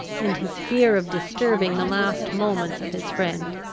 and his fear of disturbing the last moments of his friend,